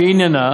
שעניינה